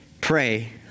pray